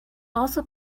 also